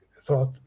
thought